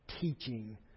teaching